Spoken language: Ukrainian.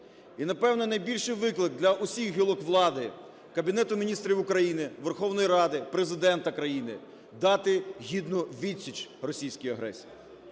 І, напевно, найбільший виклик для усіх гілок влади: Кабінету Міністрів України, Верховної Ради, Президента країни – дати гідну відсіч російській агресії.